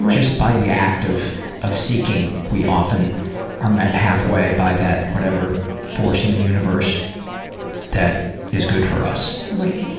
just by the act of of seeking we often are met halfway by that whatever force in the universe that is good for us. right.